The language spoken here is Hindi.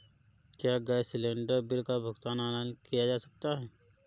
क्या गैस सिलेंडर बिल का भुगतान ऑनलाइन किया जा सकता है?